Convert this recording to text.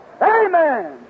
Amen